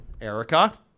Erica